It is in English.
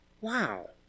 Wow